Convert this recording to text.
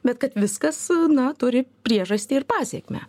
bet kad viskas na turi priežastį ir pasekmę